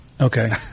Okay